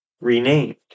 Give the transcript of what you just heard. renamed